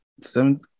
seven